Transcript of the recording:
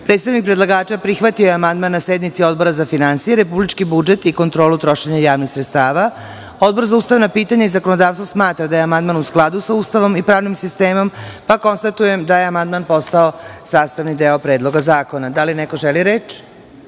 18.Predstavnik predlagača prihvatio je amandman na sednici Odbora za finansije, republički budžet i kontrolu trošenja javnih sredstava. Odbor za ustavna pitanja i zakonodavstvo smatra da je amandman u skladu sa Ustavom i pravnim sistemom. Konstatujem da je amandman postao sastavni deo Predloga zakona. Da li neko želi reč?